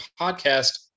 podcast